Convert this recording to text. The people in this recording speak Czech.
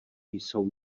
jsou